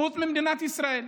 חוץ ממדינת ישראל.